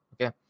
okay